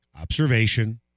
observation